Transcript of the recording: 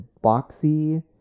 boxy